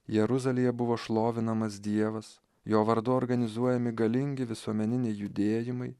jeruzalėje buvo šlovinamas dievas jo vardu organizuojami galingi visuomeniniai judėjimai